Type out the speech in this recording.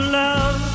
love